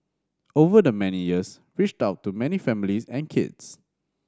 over the many years reached out to many families and kids